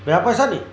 বেয়া পাইছা নি